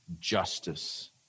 justice